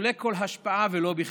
נטולי כל השפעה, ולא בכדי.